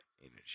energy